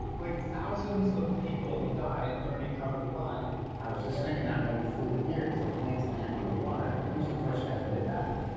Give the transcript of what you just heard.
like thousands of people died learning how to fly i was just thinking that when we flew in here because the planes land on the water. i'm like, who's the first guy that did that?